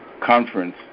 conference